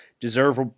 deserve